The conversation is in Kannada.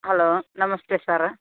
ಹಲೋ ನಮಸ್ತೆ ಸರ್